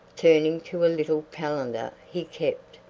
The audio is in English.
turning to a little calendar he kept,